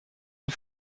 une